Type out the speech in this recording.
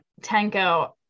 Tenko